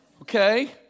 Okay